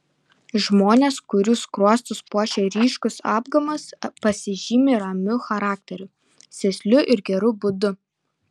žmonės kurių skruostus puošia ryškus apgamas pasižymi ramiu charakteriu sėsliu ir geru būdu